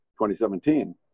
2017